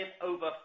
over